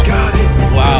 Wow